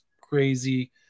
crazy